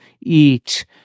eat